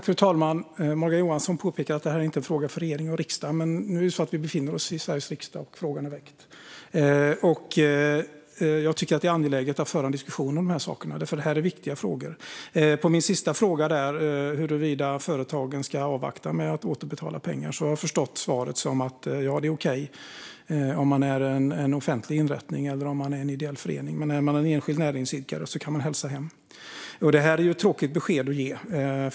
Fru talman! Morgan Johansson påpekar att detta inte är en fråga för regering och riksdag, men nu är det så att vi befinner oss i Sveriges riksdag och att frågan är väckt. Jag tycker att det är angeläget att föra en diskussion om de här sakerna, för det är viktiga frågor. På min sista fråga, huruvida företagen ska avvakta med att återbetala pengar, har jag förstått svaret som att det är okej om man är en offentlig inrättning eller en ideell förening. Är man en enskild näringsidkare kan man dock hälsa hem. Det är ett tråkigt besked att ge.